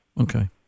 Okay